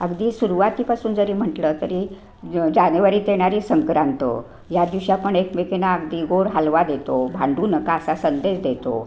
अगदी सुरुवातीपासून जरी म्हटलं तरी जानेवारीत येणारी संक्रांत या दिवशी आपण एकमेकींना अगदी गोड हलवा देतो भांडू नका असा संदेश देतो